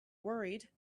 worried